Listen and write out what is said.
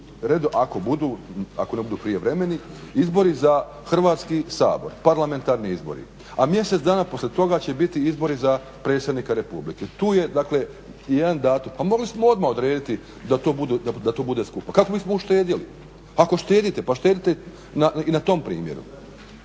budu, ako ne budu prijevremeni, izbori za Hrvatski sabor, Parlamentarni izbori, a mjesec dana poslije toga će biti izbori za predsjednika Republike. Tu je dakle jedan datum, pa mogli smo odmah odrediti da to bude skupa kako bismo uštedjeli. Ako štedite, pa štedite i na tom primjeru.